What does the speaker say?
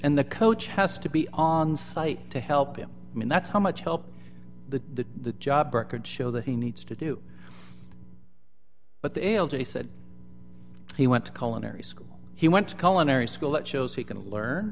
and the coach has to be on site to help him i mean that's how much help the the job records show that he needs to do but the ales i said he want to call in every school he went to call in every school that shows he can learn